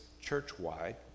church-wide